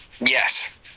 Yes